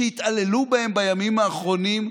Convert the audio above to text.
שהתעללו בהם בימים האחרונים,